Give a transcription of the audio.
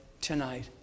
tonight